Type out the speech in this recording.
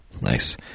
Nice